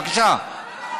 בבקשה.